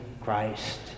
Christ